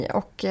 och